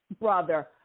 brother